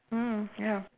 mm ya